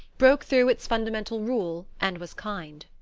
broke through its fundamental rule and was kind.